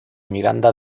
miranda